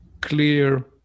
clear